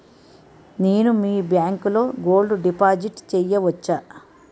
నేను మీ బ్యాంకులో గోల్డ్ డిపాజిట్ చేయవచ్చా?